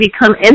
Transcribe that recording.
become